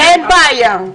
אין בעיה.